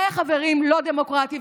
זה, חברים, לא דמוקרטי.